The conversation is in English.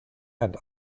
and